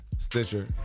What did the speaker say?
Stitcher